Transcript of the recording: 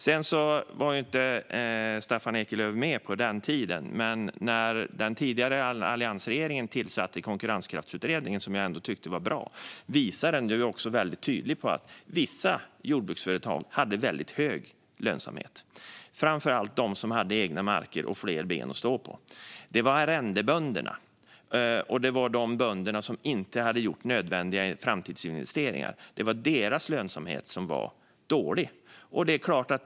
Staffan Eklöf var inte med på den tiden, men när den tidigare alliansregeringen tillsatte Konkurrenskraftsutredningen, som jag ändå tyckte var bra, visade den väldigt tydligt att vissa jordbruksföretag hade väldigt hög lönsamhet. Det gällde framför allt de som hade egna marker och fler ben att stå på. Det var arrendebönderna och de bönder som inte hade gjort nödvändiga framtidsinvesteringar som hade en dålig lönsamhet.